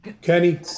Kenny